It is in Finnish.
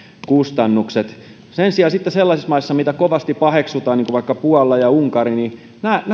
kustannukset sen sijaan sitten sellaisissa maissa mitä kovasti paheksutaan niin kuin vaikka puolassa ja unkarissa